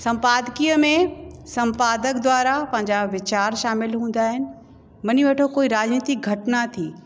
सम्पादकीय में सम्पादक द्वारा पंहिंजा वीचारु शामिलु हूंदा आहिनि मनी वठो कोई राजनिति घटना थी